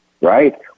right